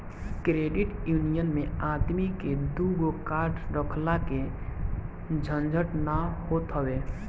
credit union मे आदमी के दूगो कार्ड रखला के झंझट ना होत हवे